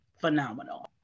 phenomenal